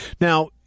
Now